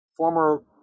former